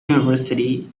university